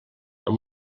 amb